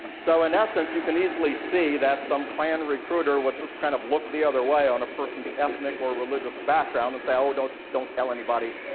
so in essence, you can easily see that some klan recruiter would just kind of look the other way on a person's ethnic or religious background, and say, ah don't so don't tell anybody,